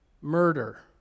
murder